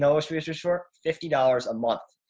know, it's really just short fifty dollars a month